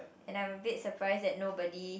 and I'm a bit surprised that nobody